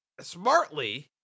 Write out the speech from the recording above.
smartly